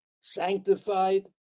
sanctified